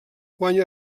guanya